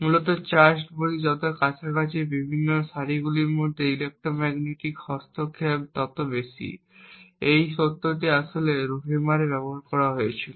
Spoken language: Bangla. মূলত চার্জড বডি যত কাছাকাছি বিভিন্ন সারিগুলির মধ্যে ইলেক্ট্রোম্যাগনেটিক হস্তক্ষেপ তত বেশি এই সত্যটি আসলে রোহ্যামারে ব্যবহার করা হয়েছিল